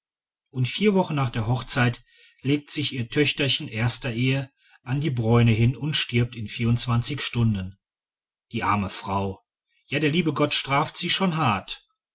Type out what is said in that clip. und vier wochen nach der hochzeit legt sich ihr töchterchen erster ehe an der bräune hin und stirbt in vierundzwanzig stunden die arme frau ja der liebe gott straft sie schon hart